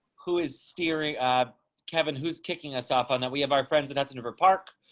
who is steering up kevin who's kicking us off on that we have our friends. and that's number park.